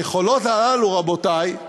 היכולות הללו, רבותי,